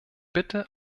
bitte